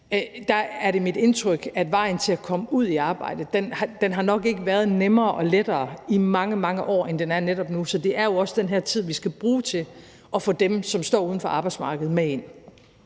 er det mit indtryk, at vejen til at komme ud i arbejde nok ikke har været nemmere, lettere i mange, mange år, end den er netop nu. Så det er jo også den her tid, vi skal bruge til at få dem, som står uden for arbejdsmarkedet, med ind.